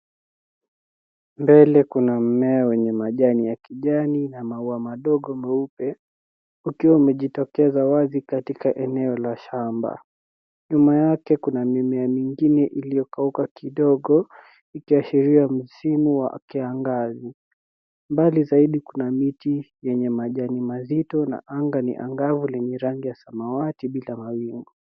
Mbele kuna mimea wenye majani ya kijani na maua madogo meupe ukiwa umejitokeza wazi katika eneo la shamba nyuma yake kuna mimea mengine ilio kauka kidogo ikiashiria msimu wa kiangazi, mbali zaidi kuna miti yenye majani mazito na anga ni angavu lenye rangi ya samawati bila mawingu.